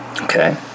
Okay